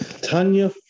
Tanya